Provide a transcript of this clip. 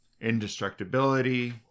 indestructibility